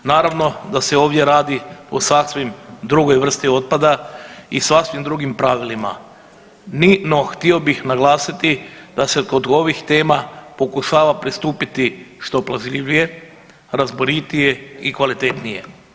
Naravno da se ovdje radi o sasvim drugim vrsti otpada i sasvim drugim pravilima. … [[Govornik se ne razumije]] htio bih naglasiti da se kod ovih tema pokušava pristupiti što pažljivije, razboritije i kvalitetnije.